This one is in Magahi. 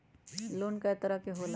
लोन कय तरह के होला?